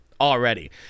already